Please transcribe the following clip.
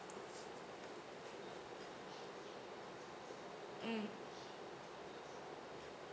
mm